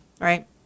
right